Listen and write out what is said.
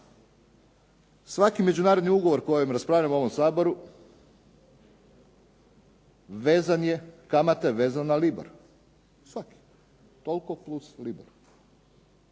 Svaki međunarodni ugovor o kojem raspravljamo u ovom Saboru vezan je, kamata je vezana na libar, svaki, toliko plus libar.